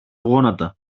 γόνατα